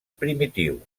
primitiu